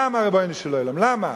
למה, ריבונו של עולם, למה?